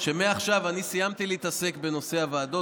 שמעכשיו אני סיימתי להתעסק בנושא הוועדות.